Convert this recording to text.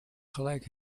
gelijk